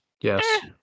Yes